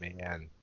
man